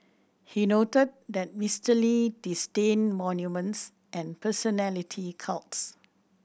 he noted that Mister Lee disdained monuments and personality cults